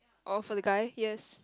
oh for the guy yes